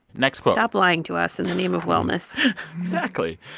next quote stop lying to us in the name of wellness exactly.